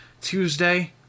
Tuesday